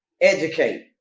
educate